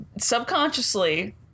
subconsciously